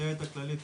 בכותרת הכללית,